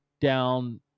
down